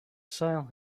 sale